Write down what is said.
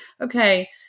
okay